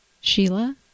Sheila